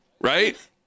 right